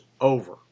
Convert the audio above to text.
over